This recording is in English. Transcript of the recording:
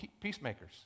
peacemakers